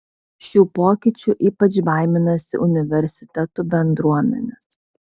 šių pokyčių ypač baiminasi universitetų bendruomenės